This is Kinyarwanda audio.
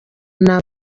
abantu